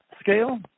scale